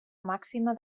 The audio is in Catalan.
màxima